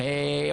ברשותכם,